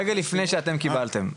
רגע לפני שאתם קיבלתם,